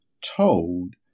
told